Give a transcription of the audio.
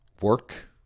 work